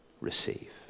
Receive